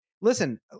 listen